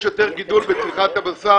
יש יותר גידול בצריכת הבשר